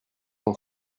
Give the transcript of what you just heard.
son